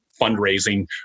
fundraising